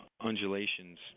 undulations